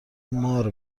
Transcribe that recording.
مار